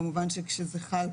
כמובן שכשזה ---,